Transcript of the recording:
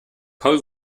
paul